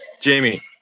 Jamie